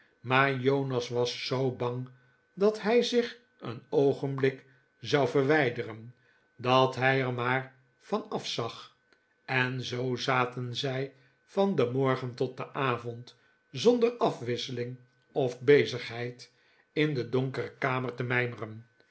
maar jonas was zoo bang dat hij zich een oogenblik zou verwijderen dat hij er maar van af zag en zoo zaten zij van den morgen tot den avond zonder afwisseling of bezigheid in de donkere kamer te mijmeren